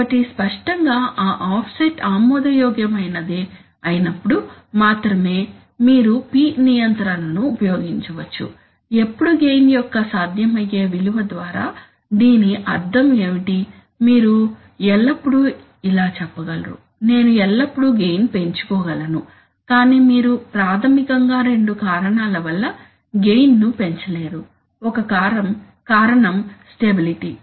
కాబట్టి స్పష్టంగా ఆ ఆఫ్సెట్ ఆమోదయోగ్యమైనప్పుడు మాత్రమే మీరు P నియంత్రణను ఉపయోగించవచ్చు ఎప్పుడు గెయిన్ యొక్క సాధ్యమయ్యే విలువ ద్వారా దీని అర్థం ఏమిటి మీరు ఎల్లప్పుడూ ఇలా చెప్పగలరు నేను ఎల్లప్పుడూ గెయిన్ పెంచుకోగలను కానీ మీరు ప్రాథమికంగా రెండు కారణాల వల్ల గెయిన్ ను పెంచలేరు ఒక కారణం స్టెబిలిటీ